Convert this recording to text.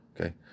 Okay